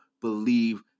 believe